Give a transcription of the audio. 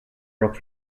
rock